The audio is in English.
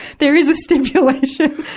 there is a stipulation.